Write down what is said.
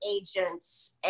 agents